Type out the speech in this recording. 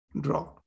draw